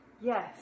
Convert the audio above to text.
Yes